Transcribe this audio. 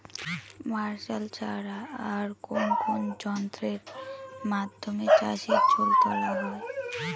Martial ছাড়া আর কোন কোন যন্ত্রেরর মাধ্যমে চাষের জল তোলা হয়?